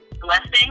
Blessing